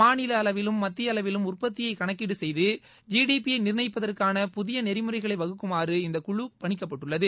மாநில அளவிலும் மத்திய அளவிலும் உற்பத்தியை கணக்கீடு செய்து ஜிடிபியை நிர்ணயிப்பதற்கான புதிய நெறிமுறைகளை வகுக்குமாறு இந்தக் குழு பணிக்கப்பட்டுள்ளது